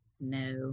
No